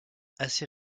assez